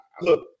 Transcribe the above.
look